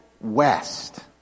west